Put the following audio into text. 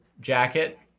jacket